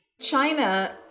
China